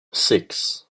six